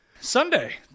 Sunday